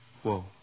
Whoa